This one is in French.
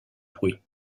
bruit